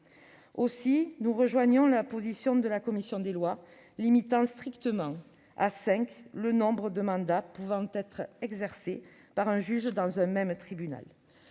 Nous rejoignons donc la position de la commission des lois limitant strictement à cinq le nombre de mandats pouvant être exercés par un juge dans un même tribunal.